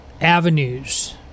avenues